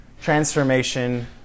transformation